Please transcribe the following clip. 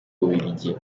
bubiligi